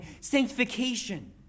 sanctification